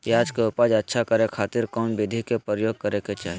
प्याज के उपज अच्छा करे खातिर कौन विधि के प्रयोग करे के चाही?